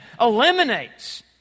eliminates